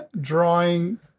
drawing